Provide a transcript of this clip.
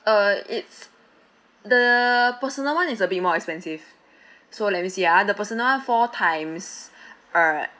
uh it's the personal one is a bit more expensive so let me see ah the personal four times uh